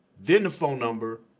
then the phone number.